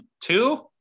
two